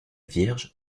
vierges